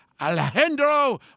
Alejandro